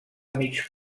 mig